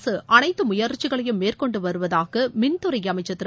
அரசு அனைத்து முயற்சிகளையும் மேற்கொண்டு வருவதாக மின்துறை அமைச்சர்திரு